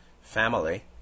family